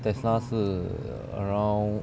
Tesla 是 around